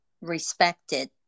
respected